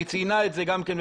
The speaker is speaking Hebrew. היא גם ציינה את זה בפוסט,